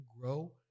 grow